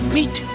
Meet